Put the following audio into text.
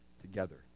together